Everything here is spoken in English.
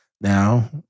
Now